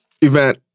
event